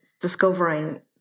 discovering